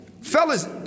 Fellas